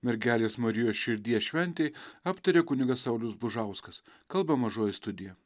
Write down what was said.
mergelės marijos širdies šventei aptarė kunigas saulius bužauskas kalba mažoji studija